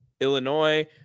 Illinois